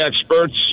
experts